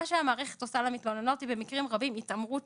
מה שהמערכת עושה למתלוננות היא במקרים רבים התעמרות,